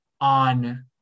on